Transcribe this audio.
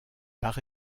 par